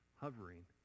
hovering